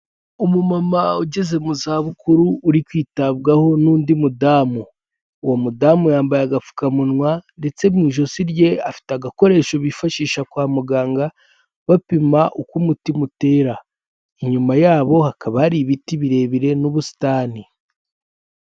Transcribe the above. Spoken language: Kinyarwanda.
Umu mama ugeze mu za bukuru uri kwitabwaho n'undi mudamu, uwo mudamu yambaye agapfukamunwa ndetse mu ijosi rye afite agakoresho bifashisha kwa muganga bapima uko umutima utera, inyuma yabo hakaba hari ibiti birebire n'ubusitani.